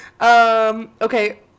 Okay